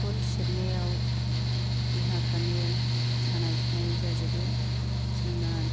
दमखल सेरनायाव देहाफ्रानो सानाय सुनाय जाजोबो जोंना